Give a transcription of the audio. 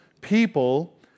people